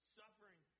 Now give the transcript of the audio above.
suffering